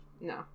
No